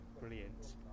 Brilliant